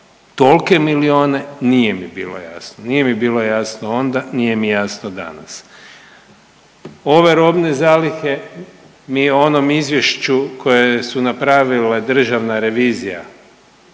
tolike milijone nije mi bilo jasno. Nije mi bilo jasno onda, nije mi jasno danas. Ove robne zalihe mi u onom izvješću koje su napravile Državna revizija